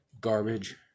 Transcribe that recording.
Garbage